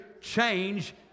change